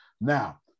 Now